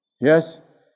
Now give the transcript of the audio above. Yes